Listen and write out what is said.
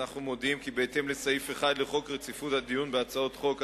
אנחנו מודיעים כי בהתאם לסעיף 1 לחוק רציפות הדיון בהצעות החוק,